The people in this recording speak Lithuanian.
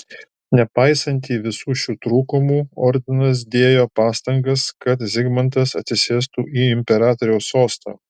nepaisantį visų šių trūkumų ordinas dėjo pastangas kad zigmantas atsisėstų į imperatoriaus sostą